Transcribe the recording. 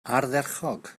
ardderchog